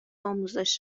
آموزش